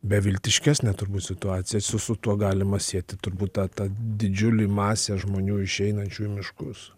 beviltiškesnė turbūt situacija su su tuo galima sieti turbūt tą tą didžiulį masę žmonių išeinančių į miškus